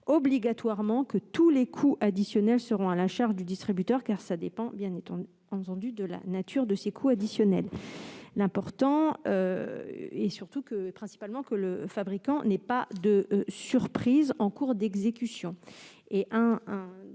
obligatoirement que tous les coûts additionnels seront à la charge du distributeur, car cela dépend bien entendu de la nature de ces coûts additionnels. L'important reste surtout que le fabricant n'ait pas de surprise en cours d'exécution.